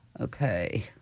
Okay